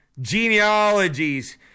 genealogies